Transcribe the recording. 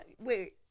wait